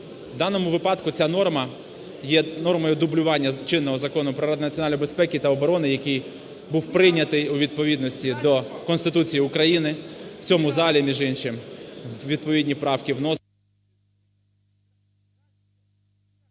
в даному випадку ця норма є нормою дублювання чинного Закону про Раду національної безпеки та оборони, який був прийнятий у відповідності до Конституції України в цьому залі, між іншим, відповідні правки…